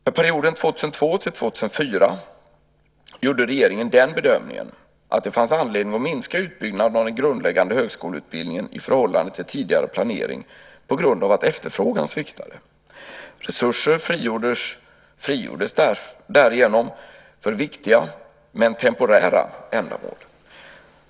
För perioden 2002-2004 gjorde regeringen den bedömningen att det fanns anledning att minska utbyggnaden av den grundläggande högskoleutbildningen i förhållande till tidigare planering på grund av att efterfrågan sviktade. Resurser frigjordes därigenom för viktiga men temporära ändamål.